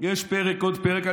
עוד פרק.